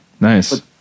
Nice